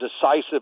decisive